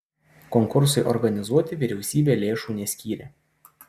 konkursui organizuoti vyriausybė lėšų neskyrė